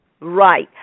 right